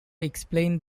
explain